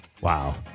Wow